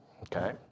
Okay